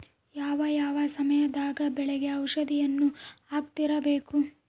ಯಾವ ಯಾವ ಸಮಯದಾಗ ಬೆಳೆಗೆ ಔಷಧಿಯನ್ನು ಹಾಕ್ತಿರಬೇಕು?